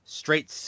straight